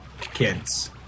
kids